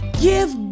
Give